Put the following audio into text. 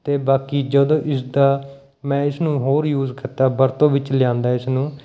ਅਤੇ ਬਾਕੀ ਜਦੋਂ ਇਸਦਾ ਮੈਂ ਇਸਨੂੰ ਹੋਰ ਯੂਜ਼ ਕੀਤਾ ਵਰਤੋਂ ਵਿੱਚ ਲਿਆਂਦਾ ਇਸਨੂੰ